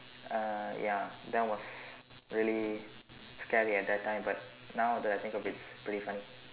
uh ya that was really scary at that time but now that I think of it it's pretty funny